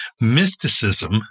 Mysticism